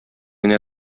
генә